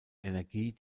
energie